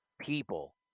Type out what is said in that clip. people